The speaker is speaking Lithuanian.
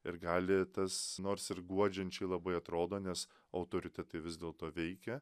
ir gali tas nors ir guodžiančiai labai atrodo nes autoritetai vis dėlto veikia